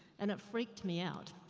and it freaked me out.